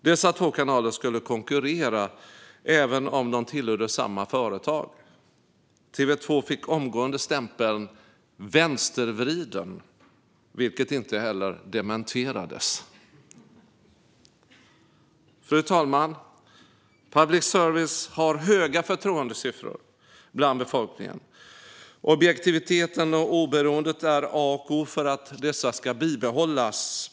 Dessa två kanaler skulle konkurrera, även om de tillhörde samma företag. Fru talman! Public service har höga förtroendesiffror bland befolkningen. Objektiviteten och oberoendet är A och O för att dessa ska bibehållas.